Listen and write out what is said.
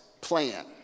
plan